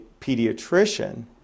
pediatrician